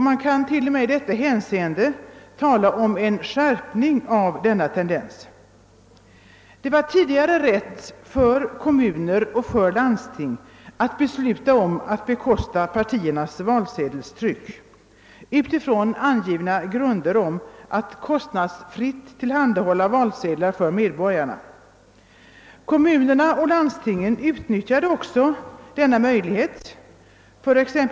Man kan t.o.m. tala om en skärpning av denna tendens. Kommuner och landsting kunde tidigare besluta att bekosta partiernas valsedelstryck utifrån angivna bestämmelser om att kostnadsfritt tillhandahålla valsedlar för medborgarna. Kommunerna och landstingen utnyttjade också denna möjlighet.